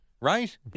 right